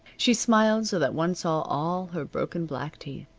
she smiled so that one saw all her broken black teeth.